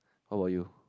how about you